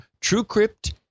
TrueCrypt